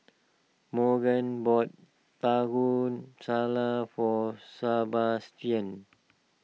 Magen bought Taco Salad for Sabastian